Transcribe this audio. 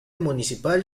municipal